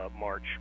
March